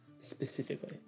Specifically